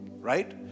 right